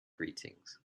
greetings